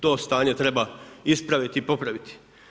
To stanje treba ispraviti i popraviti.